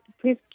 please